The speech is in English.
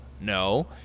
No